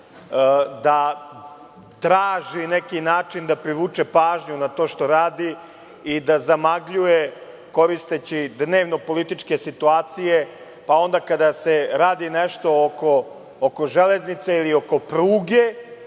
da traži neki način da privuče pažnju na to što radi i da zamagljuje koristeći dnevno-političke situacije, pa onda kada se radi nešto oko železnice ili oko pruge,